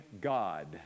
God